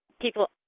people